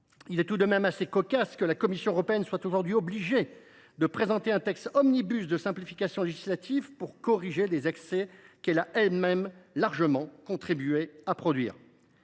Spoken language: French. Il est tout de même cocasse que la Commission européenne soit contrainte à présenter un texte omnibus de simplification législative pour corriger les excès qu’elle a elle même largement contribué à produire